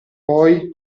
poi